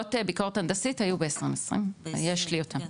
דוחות ביקורת הנדסית היו ב-2020, יש לי אותם.